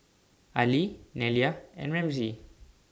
Allie Nelia and Ramsey